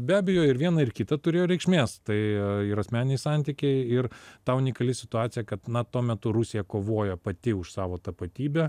be abejo ir viena ir kita turėjo reikšmės tai ir asmeniniai santykiai ir ta unikali situacija kad na tuo metu rusija kovojo pati už savo tapatybę